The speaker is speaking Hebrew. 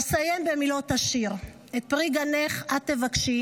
אסיים במילות השיר: "את פרי גנך את תבקשי